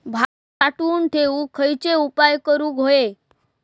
भात साठवून ठेवूक खयचे उपाय करूक व्हये?